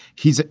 he's,